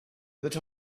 that